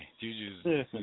Juju